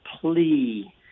plea